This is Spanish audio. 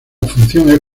función